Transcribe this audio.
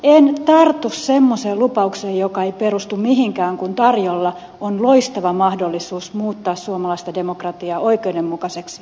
en tartu semmoiseen lupaukseen joka ei perustu mihinkään kun tarjolla on loistava mahdollisuus muuttaa suomalaista demokratiaa oikeudenmukaiseksi ja yhdenvertaiseksi